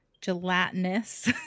gelatinous